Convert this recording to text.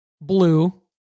blue